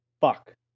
Fuck